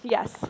Yes